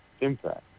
impact